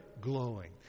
glowing